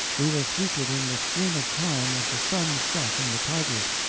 we will seek it in the stream of time, as the sun set in the tigris.